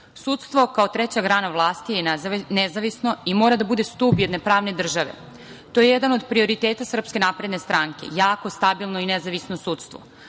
biramo. Sudstvo, kao treća grana vlasti, je nezavisno i mora da bude stub jedne pravne države. To je jedan od prioriteta SNS - jako stabilno i nezavisno sudstvo. Mi